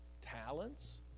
talents